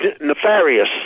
Nefarious